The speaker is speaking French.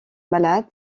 malade